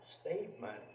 statement